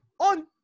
on